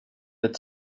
ett